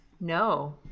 No